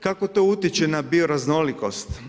Kako to utječe na bio raznolikost?